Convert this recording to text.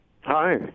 Hi